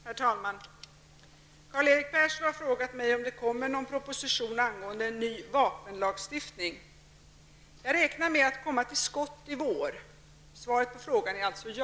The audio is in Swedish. Herr talman! Karl-Erik Persson har frågat mig om det kommer någon proposition angående en ny vapenlagstiftning. Jag räknar med att komma till skott i vår. Svaret på frågan är alltså ja.